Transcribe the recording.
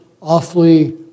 awfully